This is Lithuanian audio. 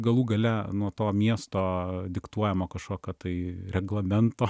galų gale nuo to miesto diktuojamo kažkokio tai reglamento